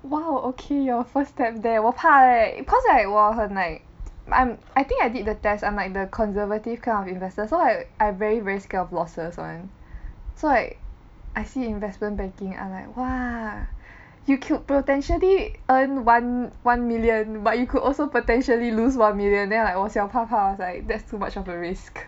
!wow! okay your first time there will 怕 leh cause like 我很 like I I think I did the tests I'm like the conservative kind of investor so I I very very scared of losses one so like I see investment banking I like !wah! you could potentially earn one one million but you could also potentially lose one million then like 我小怕怕 I was like that's too much of a risk